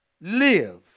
live